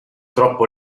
troppo